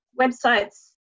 Websites